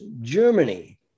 Germany